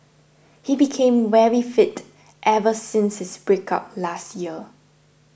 he became very fit ever since his breakup last year